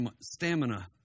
stamina